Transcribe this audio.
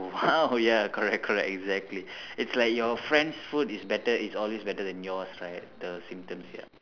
!wow! ya correct correct exactly it's like your friend's food is better is always better than yours right the symptoms ya